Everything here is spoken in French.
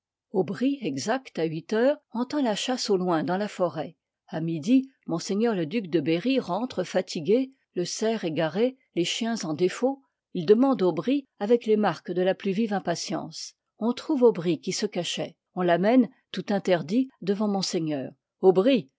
aubry exact à huit heures entend la chasse au loin dans la foret a midi m le duc de berry rentre fatigué le cerf égaré les chiens en défaut il demande aubry avec les marques de la plus vive impatience on trouve aubry qui se cachoit on famène tout interdit devant monseigneur aubry